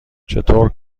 چطور